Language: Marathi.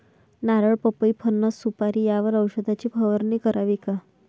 नारळ, पपई, फणस, सुपारी यावर औषधाची फवारणी करावी का?